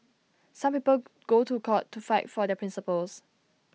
some people go to court to fight for their principles